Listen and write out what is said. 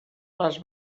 les